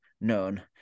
known